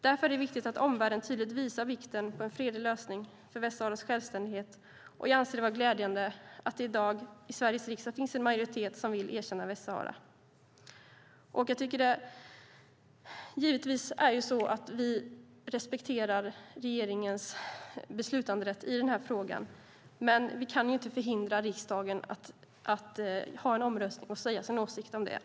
Därför är det viktigt att omvärlden tydligt visar på vikten av en fredlig lösning för Västsaharas självständighet, och jag anser det vara glädjande att det i dag i Sveriges riksdag finns en majoritet som vill erkänna Västsahara. Givetvis respekterar vi regeringens beslutanderätt i den här frågan, men vi kan inte hindra riksdagen från att ha en omröstning och säga sin åsikt om det.